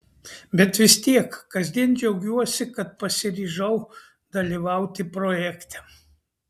bet vis tiek kasdien džiaugiuosi kad pasiryžau dalyvauti projekte